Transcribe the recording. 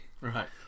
right